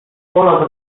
pola